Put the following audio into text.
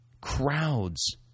crowds